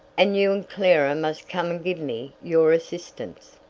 and you and clara must come and give me your assistance.